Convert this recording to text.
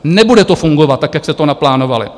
Nebude to fungovat tak, jak jste to naplánovali.